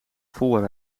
voor